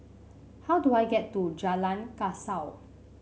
how do I get to Jalan Kasau